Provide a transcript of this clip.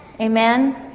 Amen